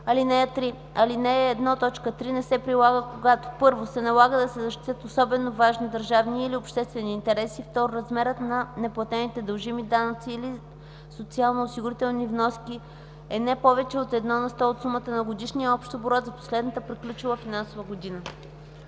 Алинея 1, т. 3 не се прилага, когато: 1. се налага да се защитят особено важни държавни или обществени интереси; 2. размерът на неплатените дължими данъци или социалноосигурителни вноски е не повече от 1 на сто от сумата на годишния общ оборот за последната приключена финансова година.”